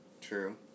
True